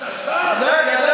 אל תפריע.